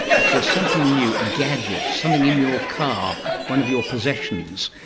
if there is something new, a gadget, something in your car, one of your possessions,